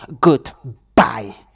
Goodbye